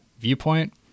viewpoint